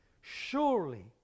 Surely